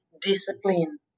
discipline